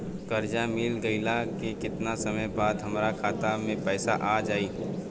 कर्जा मिल गईला के केतना समय बाद हमरा खाता मे पैसा आ जायी?